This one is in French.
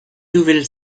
nouvelle